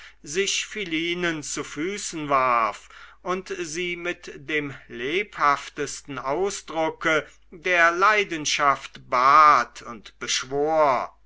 sich philinen zu füßen warf und sie mit dem lebhaftesten ausdrucke der leidenschaft bat und beschwor